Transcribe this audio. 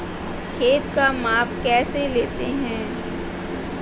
खेत का माप कैसे लेते हैं?